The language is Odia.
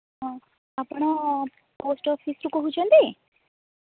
ହଁ ଆପଣ ପୋଷ୍ଟ୍ ଅଫିସ୍ରୁ କହୁଛନ୍ତି